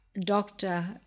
doctor